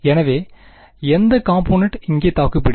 எனவே எந்த காம்பொனன்ட் இங்கே தாக்குப்பிடிக்கும்